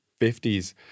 50s